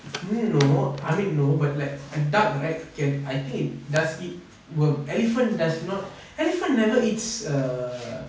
I don't know I mean no but like duck right can I think does eat worm elephant does not elephant never eats err